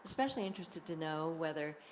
especially interested to know whether